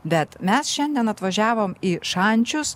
bet mes šiandien atvažiavom į šančius